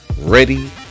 ready